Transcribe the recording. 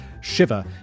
shiver